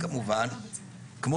כמו